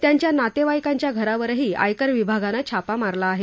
त्यांच्या नातेवाईकांच्या घरावरही आयकर विभागाने छापा मारला आहे